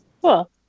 Cool